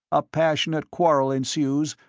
a passionate quarrel ensues,